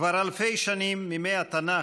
כבר אלפי שנים, מימי התנ"ך,